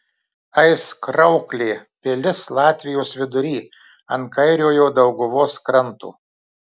aizkrauklė pilis latvijos vidury ant kairiojo dauguvos kranto